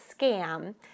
scam